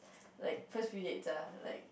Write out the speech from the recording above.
like first few dates ah like